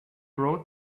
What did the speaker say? wrote